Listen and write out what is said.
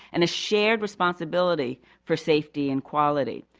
and a shared responsibility for safety and quality.